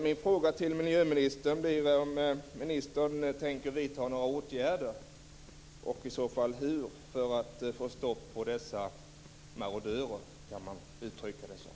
Min fråga till miljöministern blir om ministern tänker vidta några åtgärder och i så fall vilka för att få stopp på dessa marodörer, som man kan uttrycka det som.